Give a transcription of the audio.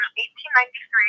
1893